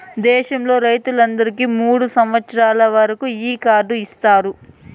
దేశంలో రైతులందరికీ మూడు సంవచ్చరాల వరకు ఈ కార్డు ఇత్తారు